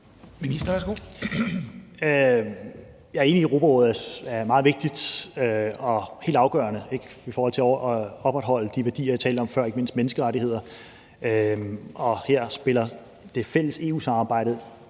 Jeg er enig i, at Europarådet er meget vigtigt og helt afgørende i forhold til at opretholde de værdier, jeg talte om før, ikke mindst menneskerettigheder. Her spiller det fælles EU-samarbejde